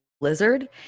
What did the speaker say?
blizzard